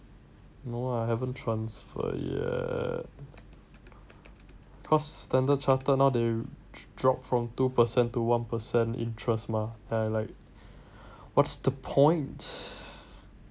no lah I haven't transfer yet cause Standard Chartered they drop from two percent to one percent interest then I like what's the point